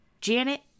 Janet